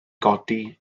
godi